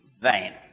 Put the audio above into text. vain